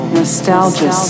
nostalgia